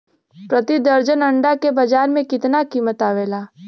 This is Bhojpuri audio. प्रति दर्जन अंडा के बाजार मे कितना कीमत आवेला?